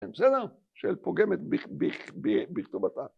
‫בסדר? של פוגמת בכתובתה.